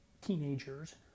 teenagers